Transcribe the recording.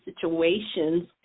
situations